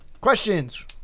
questions